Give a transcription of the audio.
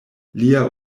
lia